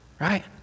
Right